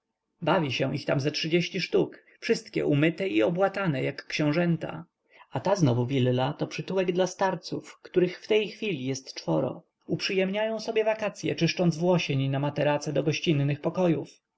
bawi się ich ze trzydzieści sztuk wszystkie umyte i obłatane jak książątka a ta znowu willa to przytułek dla starców których w tej chwili jest czworo uprzyjemniają sobie wakacye czyszcząc włosień na materace do gościnnych pokojów